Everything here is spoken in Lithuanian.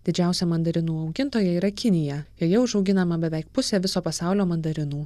didžiausia mandarinų augintoja yra kinija joje užauginama beveik pusė viso pasaulio mandarinų